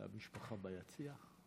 זו המשפחה ביציע?